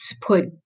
put